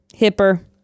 Hipper